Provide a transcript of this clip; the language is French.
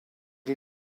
les